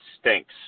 stinks